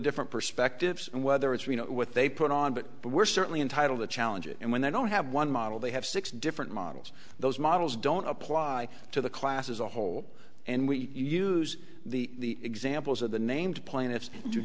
different perspectives and whether it's we know what they put on but we're certainly entitled to challenge it and when they don't have one model they have six different models those models don't apply to the class as a whole and we use the examples of the named pla